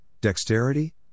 dexterity